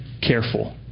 careful